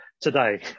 today